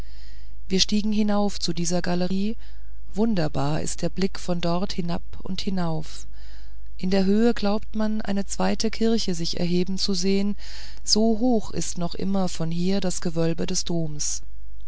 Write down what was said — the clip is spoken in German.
wir stiegen hinauf zu dieser galerie wunderbar ist der blick von dort hinab und hinauf in der höhe glaubt man eine zweite kirche sich erheben zu sehen so hoch ist noch immer von hier das gewölbe des doms